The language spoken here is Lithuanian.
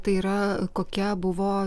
tai yra kokia buvo